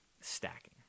stacking